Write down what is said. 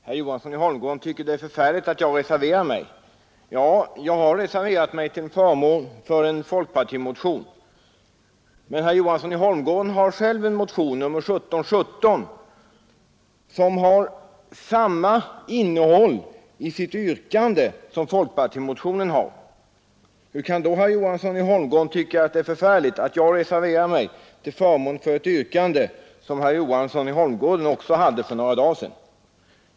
Fru talman! Herr Johansson i Holmgården tyckte att det var förfärligt att jag reserverade mig. Ja, jag reserverade mig till förmån för en folkpartimotion. Men herr Johansson har själv en motion, nr 1717, med samma innehåll i sitt yrkande som folkpartimotionen. Hur kan herr Johansson då tycka att det är så förfärligt att jag reserverar mig till förmån för samma yrkande som herr Johansson själv hade för några veckor sedan?